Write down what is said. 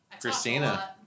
Christina